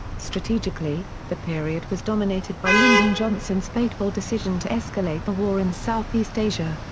strategically, the period was dominated by lyndon johnson's fateful decision to escalate the war in south east asia.